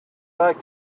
like